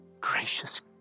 gracious